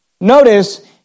Notice